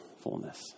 fullness